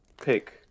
pick